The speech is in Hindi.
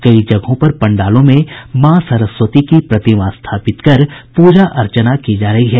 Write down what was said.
कई जगहों पर पंडालों में माँ सरस्वती की प्रतिमा स्थापित कर प्रजा अर्चना की जा रही है